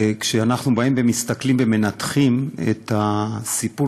כשאנחנו באים ומסתכלים ומנתחים את הסיפור